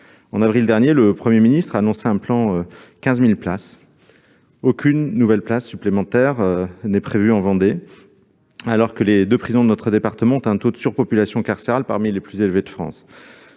En avril dernier, le Premier ministre a annoncé un plan « 15 000 places de prison ». Or aucune nouvelle place n'est prévue en Vendée, alors que les deux prisons de notre département présentent un taux de surpopulation carcérale parmi les plus élevés de France.